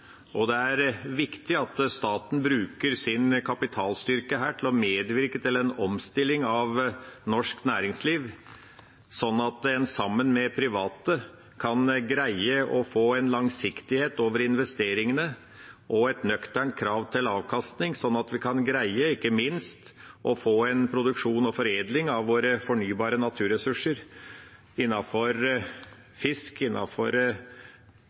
Det er viktig at staten bruker sin kapitalstyrke til å medvirke til en omstilling av norsk næringsliv, så en sammen med private kan greie å få en langsiktighet over investeringene og et nøkternt krav til avkastning, sånn at vi kan greie ikke minst å få en produksjon og en foredling av våre fornybare naturressurser innenfor fisk,